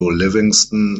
livingston